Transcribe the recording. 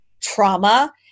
trauma